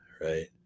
right